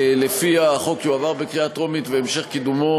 ולפיה החוק יועבר בקריאה טרומית והמשך קידומו